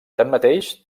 tanmateix